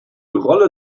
rolle